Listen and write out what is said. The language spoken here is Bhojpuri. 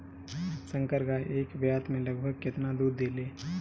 संकर गाय एक ब्यात में लगभग केतना दूध देले?